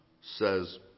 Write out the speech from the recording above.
says